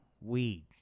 weed